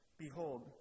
Behold